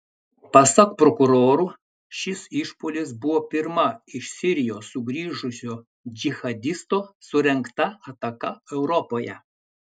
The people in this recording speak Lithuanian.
pasak prokurorų šis išpuolis buvo pirma iš sirijos sugrįžusio džihadisto surengta ataka europoje